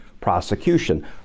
prosecution